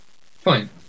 Fine